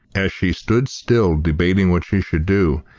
as she stood still, debating what she should do,